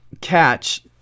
catch